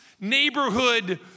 neighborhood